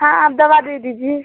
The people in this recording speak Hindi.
हाँ आप दवा दे दीजिए